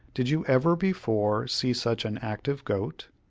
did you ever before see such an active goat?